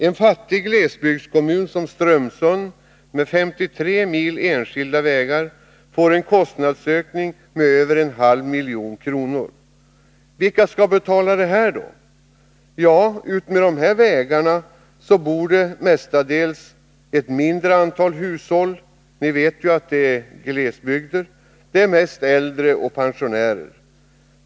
En fattig glesbygdskommun som Strömsund, med 53 mil enskilda vägar, får en kostnadsökning med över 0,5 milj.kr. Vilka skall då betala detta? Ja, eftersom det är glesbygd bor det utmed dessa vägar mestadels ett mindre antal hushåll, mest äldre och pensionärer.